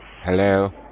Hello